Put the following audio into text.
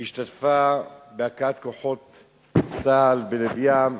היא השתתפה בהכאת כוחות צה"ל בלב ים.